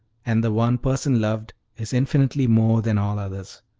and the one person loved is infinitely more than all others.